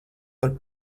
par